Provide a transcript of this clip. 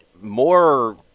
More